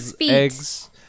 eggs